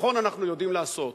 ביטחון אנחנו יודעים לעשות.